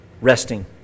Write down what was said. Resting